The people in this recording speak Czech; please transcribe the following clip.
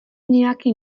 nějaký